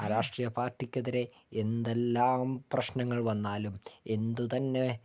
ആ രാഷ്ട്രീയ പാർട്ടിക്കെതിരേ എന്തെല്ലാം പ്രശ്നങ്ങൾ വന്നാലും എന്തുതന്നേ